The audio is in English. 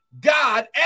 God